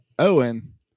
Owen